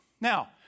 Now